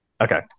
Okay